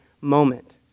moment